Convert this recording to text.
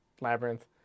Labyrinth